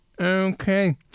Okay